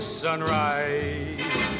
sunrise